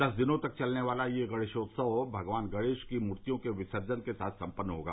दस दिनों तक चलने वाला यह गणेशोत्सव भगवान गणेश की मूर्तियों के विसर्जन के साथ संपन्न होगा